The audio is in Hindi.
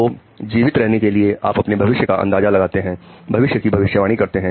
तो जीवित रहने के लिए आप अपने भविष्य का अंदाजा लगाते हैं भविष्य की भविष्यवाणी करते हैं